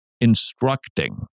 instructing